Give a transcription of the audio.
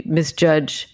misjudge